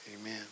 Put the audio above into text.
amen